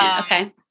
Okay